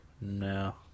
No